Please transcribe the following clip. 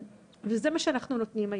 זה מה שאנחנו נותנים,